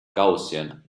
gaussian